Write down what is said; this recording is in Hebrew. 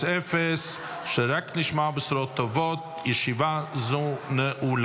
בעד, שבעה מתנגדים.